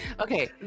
okay